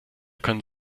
können